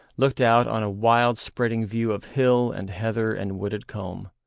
looked out on a wild spreading view of hill and heather and wooded combe.